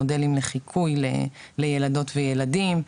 באפשרות של מודלים לחיקוי לילדות וילדים,